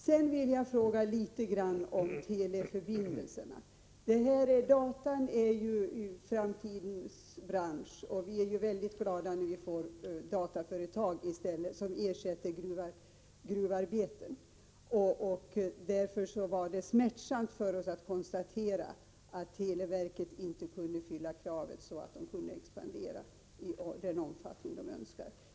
Låt mig också något beröra teleförbindelserna. Dataindustrin är ju framtidens bransch, och vi är glada när vi får dataföretag som ersättning för gruvverksamhet. Därför var det smärtsamt för oss att konstatera att televerket inte kunde uppfylla kraven för att expandera i önskad omfattning.